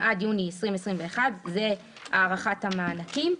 יבוא "ינואר 2020 עד יוני 2021";" זה הארכת המענקים.